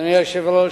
אדוני היושב-ראש,